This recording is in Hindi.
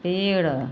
पेड़